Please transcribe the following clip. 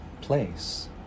place